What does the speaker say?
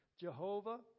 Jehovah